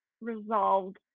resolved